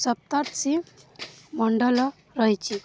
ସପ୍ତର୍ଷି ମଣ୍ଡଳ ରହିଛି